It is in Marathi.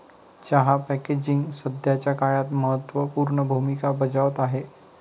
चहा पॅकेजिंग सध्याच्या काळात महत्त्व पूर्ण भूमिका बजावत आहे